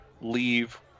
leave